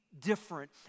different